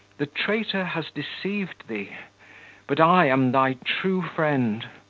the traitor has deceived thee but i am thy true friend.